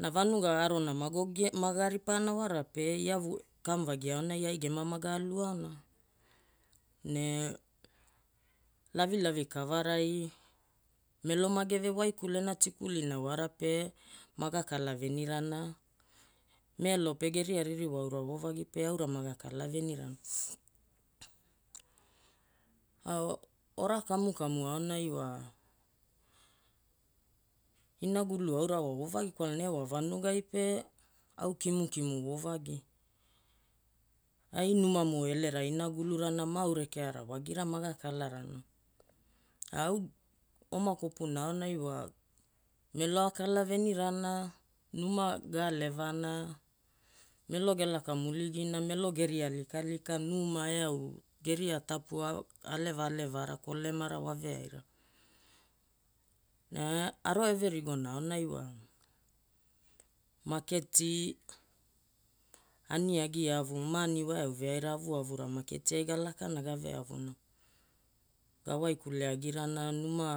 Na vanuga arona mago giaana maga ripaana wara pe iavu kamuvagi aonai ai gema maga aluaona. Ne lavilavi kavarai melo mageve waikulena tikulina wara pe maga kalavenirana. Melo pe geria ririwa aura voovagi pe aura maga kalavenirana. Ora kamukamu aonai wa inagulu aura wa voovagi kwalana ia wa vanugai pe au kimukimu voovagi. Ai numamo elerai inagulura na ma au rekeara wagira maga kalarana. Au oma kopuna aonai wa melo akalavenirana, numa ga alevana, melo gelaka muligina melo geria likalika numa eau geria tapua aleva alevara kolemara wa veaira. Ne aro everigona aonai wa maketi, aniagi avu, maani waeau veaira avuavura maketiai galakana gaveavuna. Gawaikule agirana numa